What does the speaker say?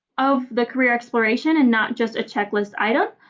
of the career exploration and not just a checklist item.